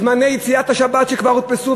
זמני יציאת השבת שכבר הודפסו,